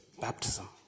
baptism